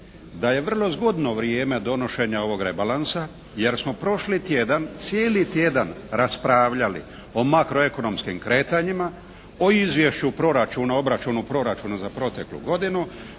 da je vrlo zgodno vrijeme donošenja ovog rebalansa jer smo prošli tjedan cijeli tjedan raspravljali o makro ekonomskim kretanjima, o izvješću proračuna obračunu proračuna za proteklu godinu,